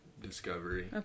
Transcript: Discovery